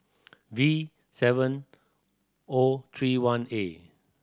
V seven O three one A